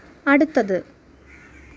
അടുത്തത്